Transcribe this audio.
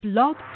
Blog